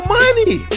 money